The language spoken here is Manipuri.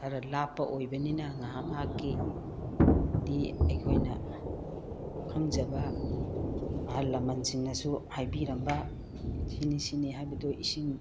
ꯈꯔꯥ ꯂꯥꯞꯄ ꯑꯣꯏꯕꯅꯤꯅ ꯉꯥꯏꯍꯥꯛ ꯉꯥꯏꯍꯥꯛꯀꯤꯗꯤ ꯑꯩꯈꯣꯏꯅ ꯈꯪꯖꯕ ꯑꯍꯜ ꯂꯃꯟꯁꯤꯡꯅꯁꯨ ꯍꯥꯏꯕꯤꯔꯝꯕ ꯁꯤꯅꯤ ꯁꯤꯅꯤ ꯍꯥꯏꯕꯗꯨ ꯏꯁꯤꯡ